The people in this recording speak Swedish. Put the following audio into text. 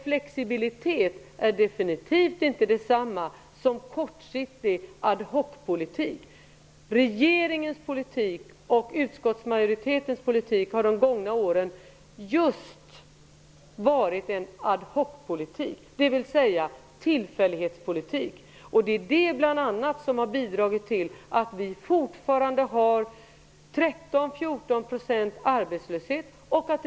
Flexibilitet är definitivt inte detsamma som kortsiktig ad hoc-politik. Regeringens politik och utskottsmajoritetens politik har de gångna åren just varit en ad hoc-politik, dvs. tillfällighetspolitik. Det är bl.a. detta som har bidragit till att vi fortfarande har 13 à 14 % arbetslösa.